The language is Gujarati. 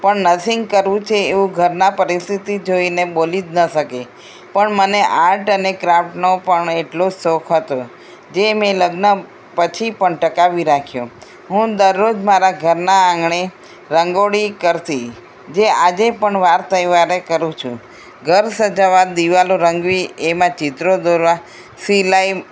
પણ નર્સિંગ કરવું છે એવું ઘરના પરિસ્થિતિ જોઈને બોલી જ ન શકી પણ મને આર્ટ અને ક્રાફ્ટનો પણ એટલો જ શોખ હતો જે મેં લગ્ન પછી પણ ટકાવી રાખ્યો હું દરરોજ મારા ઘરના આંગણે રંગોળી કરતી જે આજે પણ વાર તહેવારે કરું છું ઘર સજાવવા દિવાલો રંગવી એમાં ચિત્રો દોરવા સિલાઈ